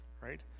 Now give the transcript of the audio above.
right